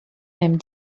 mêmes